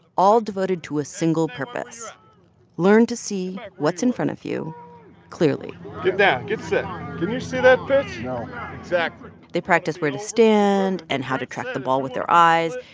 all devoted to a single purpose learn to see what's in front of you clearly get down. get set. can you see that pitch? no exactly they practice where to stand and how to track the ball with their eyes.